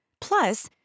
Plus